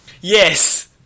yes